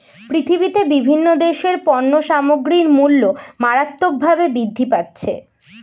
পৃথিবীতে বিভিন্ন দেশের পণ্য সামগ্রীর মূল্য মারাত্মকভাবে বৃদ্ধি পাচ্ছে